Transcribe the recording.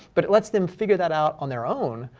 but it lets them figure that out on their own,